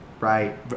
right